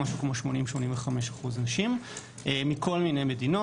רובן נשים כ-80%-85% מכל מיני מדינות,